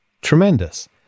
Tremendous